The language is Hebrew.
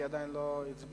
כי היא עדיין לא הצביעה.